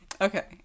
Okay